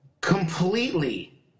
completely